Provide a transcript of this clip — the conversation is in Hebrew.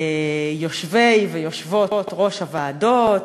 יושבי-ראש ויושבות-ראש הוועדות,